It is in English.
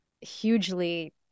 hugely